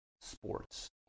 sports